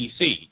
PC